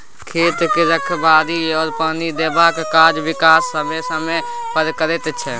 खेत के रखबाड़ी आ पानि देबाक काज किसान समय समय पर करैत छै